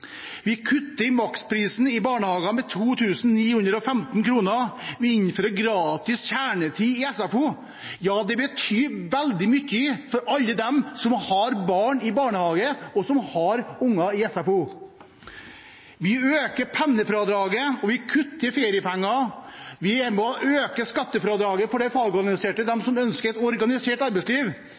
Vi kutter maksprisen i barnehager med 2 915 kr. Vi innfører gratis kjernetid i SFO. Det betyr veldig mye for alle de som har barn i barnehage, og som har barn i SFO. Vi øker pendlerfradraget, og vi sikrer feriepenger. Vi er med på å øke skattefradraget for de fagorganiserte, de som ønsker et organisert arbeidsliv.